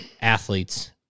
athletes